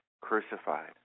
crucified